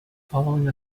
following